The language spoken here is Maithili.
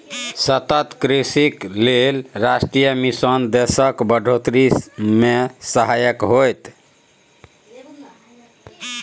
सतत कृषिक लेल राष्ट्रीय मिशन देशक बढ़ोतरी मे सहायक होएत